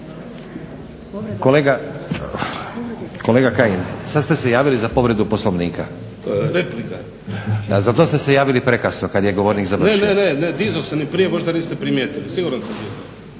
Kolega Kajin sada ste se javili za povredu Poslovnika. … /Upadica: Replika./ … Za to ste se javili prekasno kada je govornik završio. **Kajin, Damir (Nezavisni)** Ne, ne dizao sam i prije možda niste primijetili, sigurno sam dizao.